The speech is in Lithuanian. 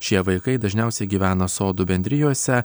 šie vaikai dažniausiai gyvena sodų bendrijose